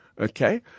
Okay